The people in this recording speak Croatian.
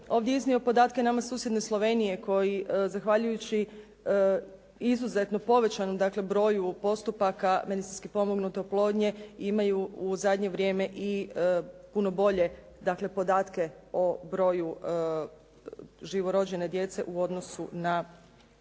ovdje iznio podatke nama susjedne Slovenije koji zahvaljujući izuzetno povećanom broju postupaka medicinski pomognute oplodnje imaju u zadnje vrijeme i puno bolje podatke o broju živorođene djece u odnosu na